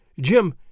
Jim